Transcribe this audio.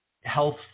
health